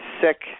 sick